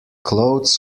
clothes